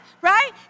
right